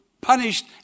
punished